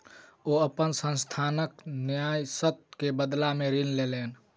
ओ अपन संस्थानक न्यायसम्य के बदला में ऋण लेलैन